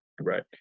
Right